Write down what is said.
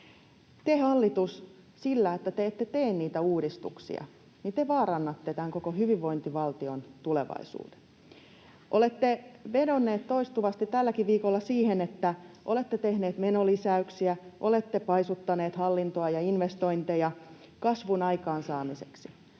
Te, hallitus, sillä, että te ette tee niitä uudistuksia, vaarannatte tämän koko hyvinvointivaltion tulevaisuuden. Olette vedonneet toistuvasti tälläkin viikolla siihen, että olette tehneet menolisäyksiä, olette paisuttaneet hallintoa ja investointeja kasvun aikaansaamiseksi,